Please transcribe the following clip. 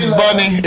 bunny